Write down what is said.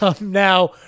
Now